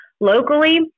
Locally